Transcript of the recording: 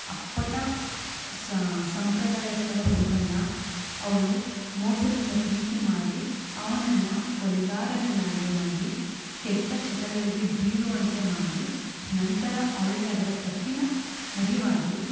ಅಪ್ಪಟ ಸಂಪ್ರದಾಯಸ್ಥರ ಹುಡುಗನ್ನ ಅವಳು ಮೋಸದಿಂದ ಪ್ರೀತಿ ಮಾಡಿ ಅವನನ್ನ ಕೊಲೆಗಾರನನ್ನಾಗಿ ಮಾಡಿ ಕೆಟ್ಟ ಚಟಗಳಿಗೆ ಬೀಳುವಂತೆ ಮಾಡಿ ನಂತರ ಅವಳಿಗೆ ಅದರ ತಪ್ಪಿನ ಅರಿವಾಗಿ